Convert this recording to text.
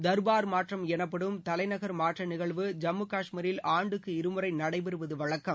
தர்பார் மாற்றம் எனப்படும் தலைநகர் மாற்ற நிகழ்வு ஜம்மு காஷ்மீரில் ஆண்டுக்கு இருமுறை நடைபெறுவது வழக்கம்